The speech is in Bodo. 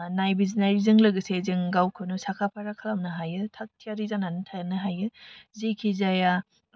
नायबिजिरनायजों लोगोसे जों गावखौनो साखा फारा खालामनो हायो थाग थियारि जानानै थानो हायो जिखि जाया